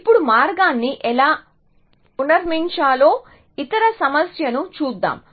ఇప్పుడు మార్గాన్ని ఎలా పునర్నిర్మించాలో ఇతర సమస్యను చూద్దాం